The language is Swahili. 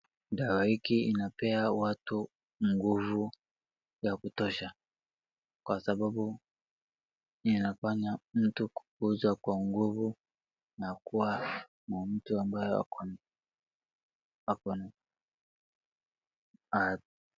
Dawa hiki inapea watu nguvu ya kutosha, kwa sababu inafanya mtu kupoza kwa nguvu. Na kuwa ni mtu ambayo ako na afya.